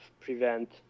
prevent